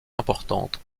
importantes